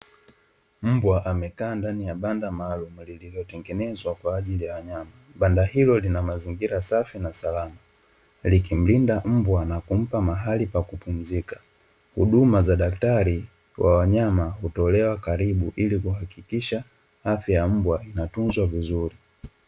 Mbwa amekaa ndani ya banda maalumu lililotengenezwa kwaajili ya wanyama, Banda hilo lina mazingira safi na Salama likimlinda mbwa likimpa mahali pa kupumzika, Huduma za daktari wa wanyama hutolewa karibu ili kuhakikisha afya ya mbwa inatunzwa vizuri.